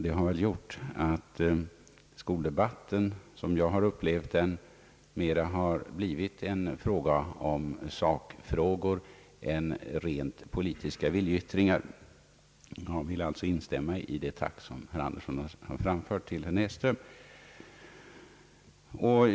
Det har gjort att skoldebatten, som jag har upplevt den, mera har handlat om sakfrågor än om rent politiska viljeyttringar. Jag vill alltså instämma i det tack som herr Andersson framförde till herr Näsström.